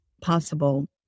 possible